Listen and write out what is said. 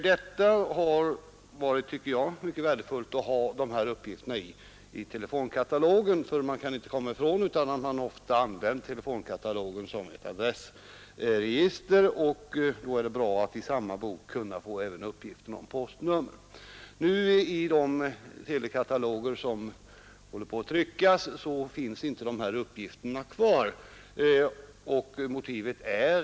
Det har, tycker jag, varit mycket värdefullt att ha dessa uppgifter i telefonkatalogen. Man har ofta använt telefonkatalogen som ett adressregister, och det vore bra att i samma bok kunna få uppgifter även om postnummer. I de telekataloger som håller på att tryckas finns inte dessa uppgifter med av kostnadsskäl.